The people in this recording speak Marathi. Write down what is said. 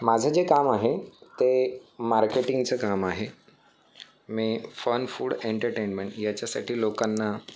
माझं जे काम आहे ते मार्केटिंगचं काम आहे मी फन फूड एंटरटेन्मेंट याच्यासाठी लोकांना